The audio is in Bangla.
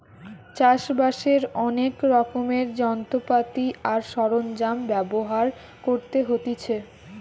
চাষ বাসের অনেক রকমের যন্ত্রপাতি আর সরঞ্জাম ব্যবহার করতে হতিছে